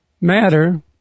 Matter